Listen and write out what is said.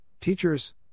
teachers